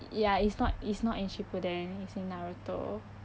ya it's not it's not in shippuden it's in naruto